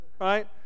Right